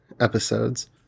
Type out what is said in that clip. episodes